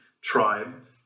tribe